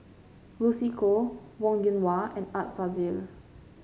Lucy Koh Wong Yoon Wah and Art Fazil